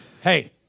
Hey